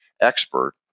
expert